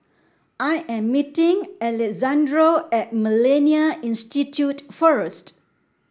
I am meeting Alexandro at MillenniA Institute first